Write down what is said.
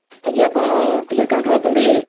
ଆଜ୍ଞା ଆପଣ ଟିକେଟ କାଉଣ୍ଟରରେ ଅଛନ୍ତି କି